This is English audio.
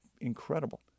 incredible